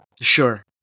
Sure